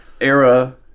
ERA